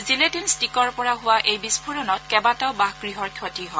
gelatin ষ্টিকৰ পৰা হোৱা এই বিস্ফোৰণত কেইবাটাও বাসগৃহৰ ক্ষতি হয়